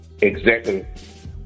executive